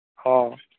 ହଉ